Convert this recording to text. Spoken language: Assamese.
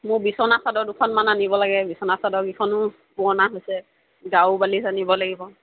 মোৰ বিচনা চাদৰ দুখনমান আনিব লাগে বিচনা চাদৰ কেইখনো পুৰণা হৈছে গাৰু বালিচ আনিব লাগিব